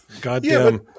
goddamn